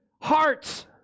hearts